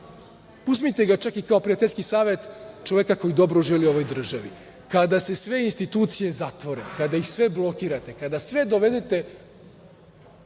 uzmite ga čak i kao prijateljski savet čoveka koji dobro želi ovoj državi. Kada se sve institucije zatvore, kada ih sve blokirate, kada sve dovedete